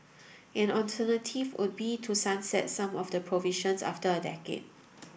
an alternative would be to sunset some of the provisions after a decade